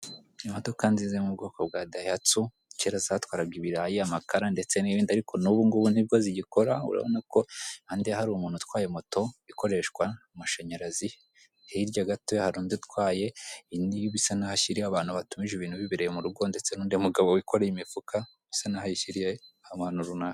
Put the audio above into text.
Imodoka nziza yo mu bwoko bwa Dayihatsu kera zatwaraga ibirayi, amakara ndetse n'ibindi ariko n'ubu ni bwo zigikora urabona ko impande hari umuntu utwaye moto ikoreshwa amashanyarazi hirya gato hari undi utwaye indi bisa n'aho ashyiriye abantu bitumirije ibintu bibereye mu rugo ndetse n'undi mugabo yikoreye imifuka bisa n'aho ayishyiriye abantu runaka.